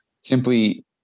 Simply